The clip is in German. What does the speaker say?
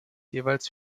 jeweils